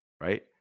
right